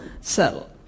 cell